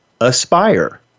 Aspire